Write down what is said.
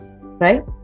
right